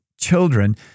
children